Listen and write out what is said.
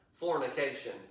fornication